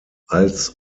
als